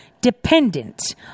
dependent